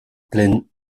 pleine